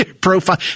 Profile